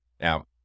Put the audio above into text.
Now